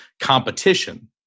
competition